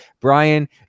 Brian